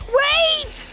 wait